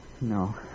No